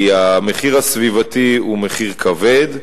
כי המחיר הסביבתי הוא מחיר כבד.